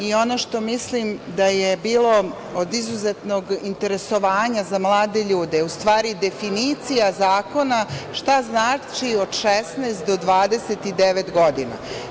Ono što mislim da je bilo od izuzetnog interesovanja za mlade ljude, u stvari, definicija zakona, šta znači od 16 do 29 godina.